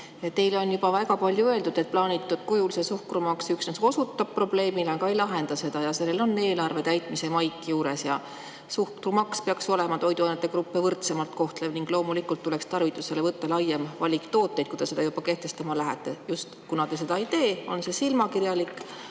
Teile on juba väga palju öeldud, et plaanitud kujul see suhkrumaks ju üksnes osutab probleemile, aga ei lahenda seda, ja sellel on eelarve täitmise maik juures. Suhkrumaks peaks toiduainegruppe võrdsemalt kohtlema ning loomulikult tuleks tarvitusele võtta laiem valik tooteid, kui te seda juba kehtestama lähete. Kuna te seda ei tee, on see silmakirjalik,